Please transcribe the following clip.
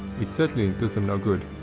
it certainly does them no good.